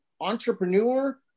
entrepreneur